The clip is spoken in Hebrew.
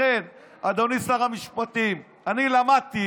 לכן, אדוני שר המשפטים, אני למדתי